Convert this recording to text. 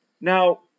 Now